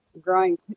growing